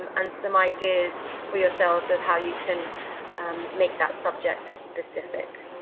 um and some ideas for yourselves of how you can make that subject specific.